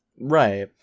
right